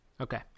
Okay